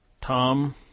Tom